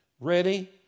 ready